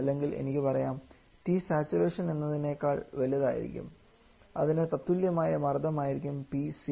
അല്ലെങ്കിൽ എനിക്ക് പറയാം Tsat എന്നതിനേക്കാൾ വലുതായിരിക്കും അതിന് തുല്യമായ മർദ്ദം ആയിരിക്കും PC